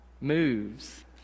moves